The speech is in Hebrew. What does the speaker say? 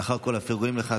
לאחר כל הפרגונים לך,